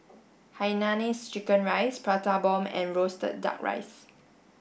Hainanese chicken rice Prata bomb and roasted duck rice